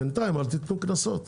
ובינתיים אל תתנו קנסות.